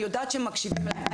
אני יודעת שמקשיבים להם.